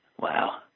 Wow